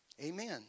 amen